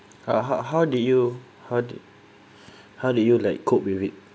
uh how how did you how did how did you like cope with it